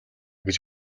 гэж